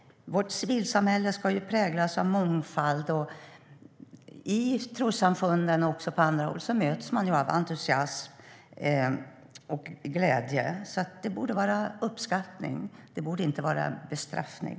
Vårt civilsamhälle ska präglas av mångfald, och i trossamfunden och på andra håll möts man av entusiasm och glädje. Därför borde det vara uppskattning, inte bestraffning.